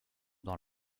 dans